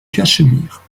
cachemire